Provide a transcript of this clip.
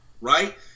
right